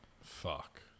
Fuck